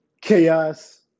chaos